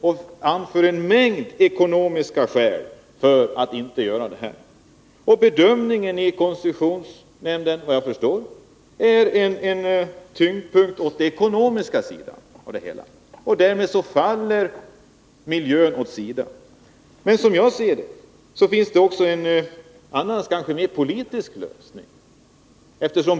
Och man anför en mängd ekonomiska skäl för att inte vidta några åtgärder. Bedömningen i koncessionsnämnden innebär sedan, vad jag förstår, att man lägger tyngdpunkten på den ekonomiska sidan. Därmed faller miljöfrågan. Men som jag ser det finns det en annan, kanske mer politisk lösning.